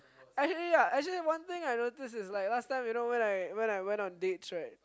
actually yeah actually one thing I notice is like last time you know when I when I went on dates right